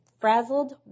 frazzled